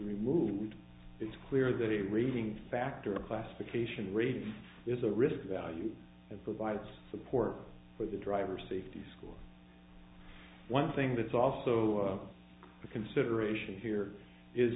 removed it's clear that a reading factor of classification reading is a risk value and provides support for the driver safety school one thing that is also a consideration here is